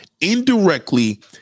indirectly